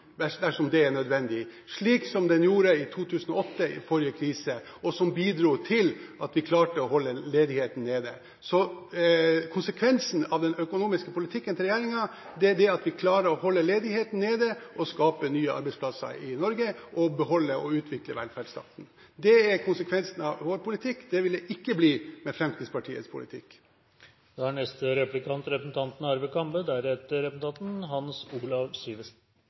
dersom det er nødvendig, slik som den gjorde i 2008 ved forrige krise, og som bidro til at vi klarte å holde ledigheten nede. Konsekvensen av den økonomiske politikken til regjeringen er at vi klarer å holde ledigheten nede og skape nye arbeidsplasser i Norge og beholde og utvikle velferdsstaten. Det er konsekvensen av vår politikk. Det vil det ikke bli med Fremskrittspartiets politikk. For Høyre er